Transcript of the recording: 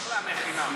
אחלה מכינה.